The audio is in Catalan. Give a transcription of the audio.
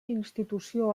institució